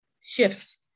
shift